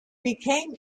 became